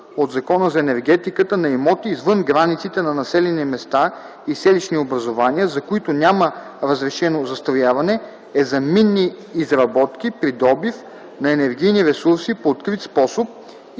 Закона за енергетиката на имоти, извън границите на населени места и селищни образувания, за които няма разрешено застрояване е за минни изработки при добив на енергийни ресурси по открит способ и предвижданото